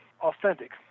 authentic